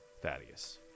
Thaddeus